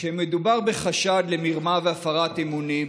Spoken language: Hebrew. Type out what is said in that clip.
כשמדובר בחשד למרמה והפרת אמונים,